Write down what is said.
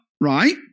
right